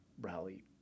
rally